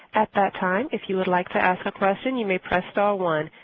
at that time if you would like to ask a question, you may press star one.